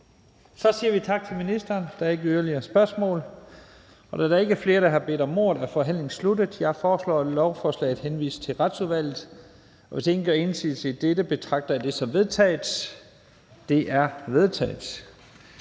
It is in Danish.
Så siger vi tak til ministeren. Der er ikke flere korte bemærkninger. Da der ikke er flere, der har bedt om ordet, er forhandlingen sluttet. Jeg foreslår, at lovforslaget henvises til Sundhedsudvalget. Hvis ingen gør indsigelse, betragter jeg det som vedtaget. Det er vedtaget.